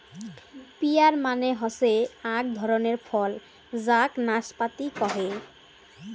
peer মানে হসে আক ধরণের ফল যাক নাসপাতি কহে